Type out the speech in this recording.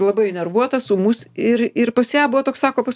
labai nervuotas ūmus ir ir pas ją buvo toks sako pas